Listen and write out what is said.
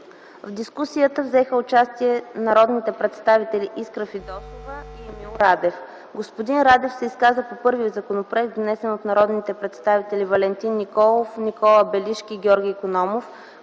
В дискусията взеха участие народните представители Искра Фидосова и Емил Радев. Господин Радев се изказа по първия законопроект, внесен от народните представители Валентин Николов, Никола Белишки и Георги Икономов,